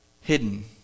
hidden